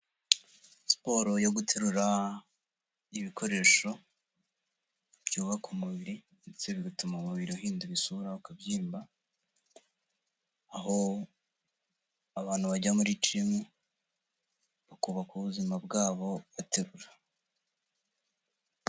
Siporo yo guterura ibikoresho byubaka umubiri ndetse bigatuma umubiri uhindura isura ukabyimba, aho abantu bajya muri jimu bakubaka ubuzima bwabo baterura.